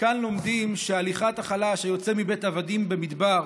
כאן לומדים שהליכת החלש היוצא מבית עבדים במדבר